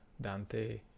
Dante